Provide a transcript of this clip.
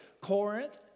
Corinth